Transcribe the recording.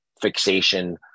fixation